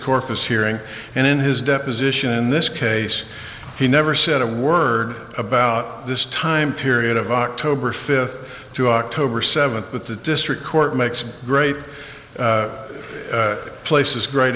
corpus hearing and in his deposition in this case he never said a word about this time period of october fifth to october seventh with the district court makes great places gr